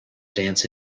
dance